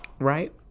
Right